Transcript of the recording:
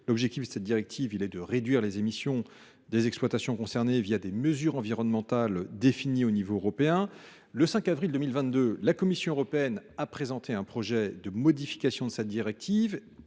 Avec cette directive, il s’agit de réduire les émissions des exploitations concernées des mesures environnementales définies à l’échelon européen. Le 5 avril 2022, la Commission européenne a présenté un projet de modification de cette directive,